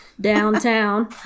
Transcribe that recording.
downtown